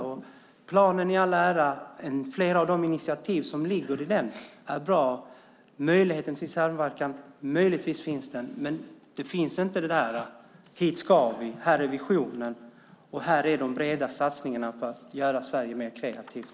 Planen i all ära - flera av initiativen där är bra. Möjligheten till samverkan finns möjligtvis. Men det som inte finns är detta: Hit ska vi, här är visionen och här är de breda satsningarna för att göra Sverige mer kreativt!